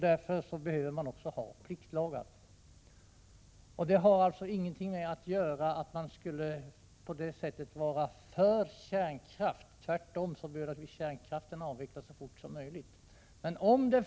Därför behöver man också ha pliktlagar. Det har ingenting att göra med att man skulle på det sättet vara för kärnkraft. Tvärtom bör naturligtvis kärnkraften avvecklas så fort som möjligt.